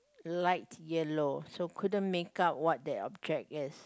light yellow so couldn't make out what that object is